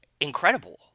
incredible